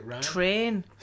train